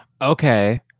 Okay